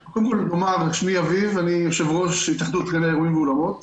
שמי אביב ואני יושב-ראש התאחדות גני האירועים ואולמות.